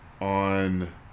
On